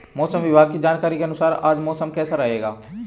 मौसम विभाग की जानकारी के अनुसार आज मौसम कैसा रहेगा?